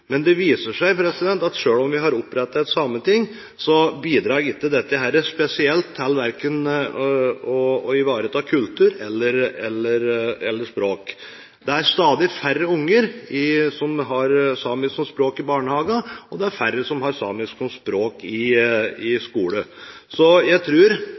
men det viser seg at selv om vi har opprettet et sameting, bidrar ikke dette spesielt til verken å ivareta kultur eller språk. Det er stadig færre unger som har samisk som språk i barnehagene, og det er færre som har samisk som språk i skolen. Jeg